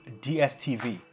DSTV